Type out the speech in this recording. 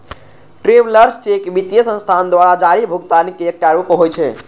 travellers cheque वित्तीय संस्थान द्वारा जारी भुगतानक एकटा रूप होइ छै